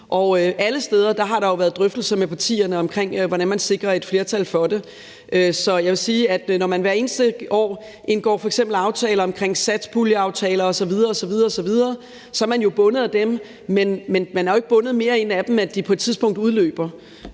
alle steder har der været drøftelser med partierne om, hvordan man sikrer et flertal for det. Så jeg vil sige, at når man hvert eneste år indgår f.eks. satspuljeaftaler osv., er man jo bundet af dem, men man er ikke bundet mere af dem, end at de på et tidspunkt udløber.